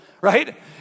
right